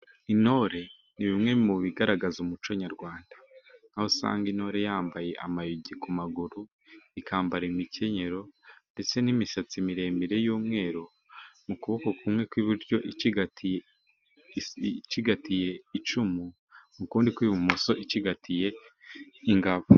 Intore ni bimwe mu bigaragaza umuco nyarwanda, aho usanga intore yambaye amayugi ku maguru ikambara imikenyero, ndetse n'imisatsi miremire y'umweru mu kuboko kumwe kw'iburyo icigatiye icumu, ukundi kw'ibumoso icigatiye ingabo.